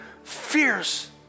fierce